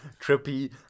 trippy